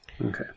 Okay